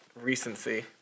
recency